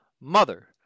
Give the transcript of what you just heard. mother